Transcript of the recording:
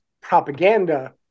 propaganda